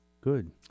Good